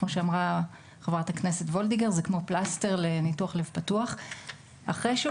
אבל כפי שאמרה חברת הכנסת וולדיגר זה כמו פלסטר לניתוח לב פתוח.